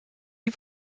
die